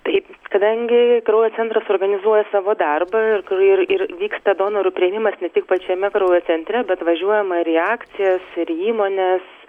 taip kadangi kraujo centras organizuoja savo darbą ir ir vyksta donorų priėmimas ne tik pačiame kraujo centre bet važiuojama ir į akcijas ir į įmones